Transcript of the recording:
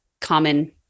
common